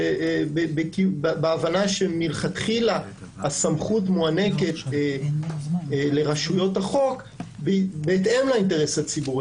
מתוך הבנה שמלכתחילה הסמכות מוענקת לרשויות החוק בהתאם לאינטרס הציבורי.